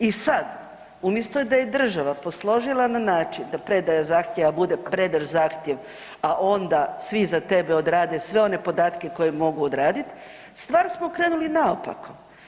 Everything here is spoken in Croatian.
I sad umjesto da je država posložila na način da predaja zahtjeva bude predaš zahtjev, a onda svi za tebe odrade sve one podatke koje mogu odraditi stvari smo okrenuli naopako.